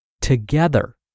together